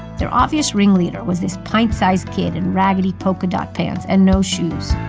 their obvious ringleader was this pint-sized kid in raggedy polka-dot pants and no shoes.